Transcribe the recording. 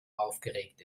aufgeregt